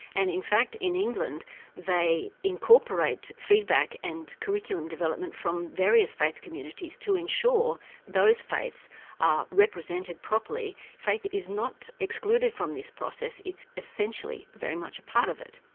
and in fact in england they incorporate feedback and curriculum development from various faith communities to ensure those faiths are represented properly. faith is not excluded from this process, it's essentially very much a part of it.